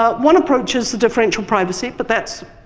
ah one approach is the differential privacy, but that's